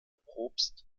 propst